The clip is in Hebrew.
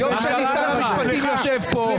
ביום שני שר המשפטים יושב פה,